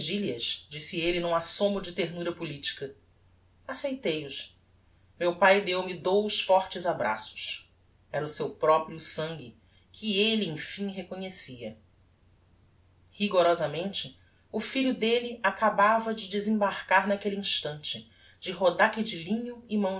virgilias disse elle n'um assomo de ternura politica aceitei os meu pae deu-me dous fortes abraços era o seu proprio sangue que elle emfim reconhecia rigorosamente o filho delle acabava de desembarcar naquelle instante de rodaque de linho e mãos